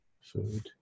food